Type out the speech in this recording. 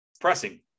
pressing